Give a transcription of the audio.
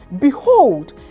Behold